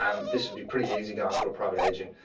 um this would be pretty easy going to a private agent.